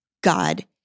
God